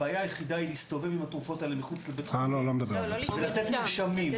הבעיה היחידה היא להסתובב עם התרופות האלה מחוץ לבית החולים ולתת מרשם.